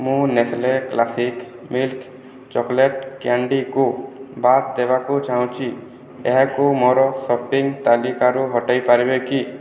ମୁଁ Nestle classic milk chocolate କ୍ୟାଣ୍ଡିକୁ ବାଦ୍ ଦେବାକୁ ଚାହୁଁଛି ଏହାକୁ ମୋର ସପିଂ ତାଲିକାରୁ ହଟାଇ ପାରିବେ କି